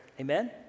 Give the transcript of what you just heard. Amen